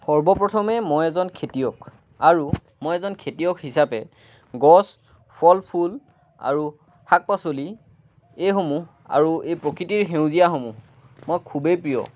সৰ্বপ্ৰথমে মই এজন খেতিয়ক আৰু মই এজন খেতিয়ক হিচাপে গছ ফল ফুল আৰু শাক পাচলি এইসমূহ আৰু এই প্ৰকৃতিৰ সেউজীয়াসমূহ মোৰ খুবেই প্ৰিয়